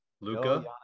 Luca